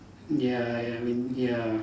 ya ya I mean ya